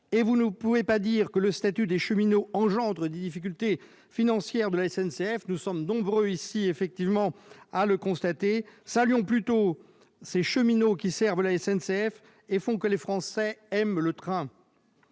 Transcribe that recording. Vous ne pouvez pas prétendre que le statut des cheminots est à l'origine des difficultés financières de la SNCF. Nous sommes nombreux ici à le contester. Saluons plutôt les cheminots, qui servent la SNCF et font que les Français aiment le train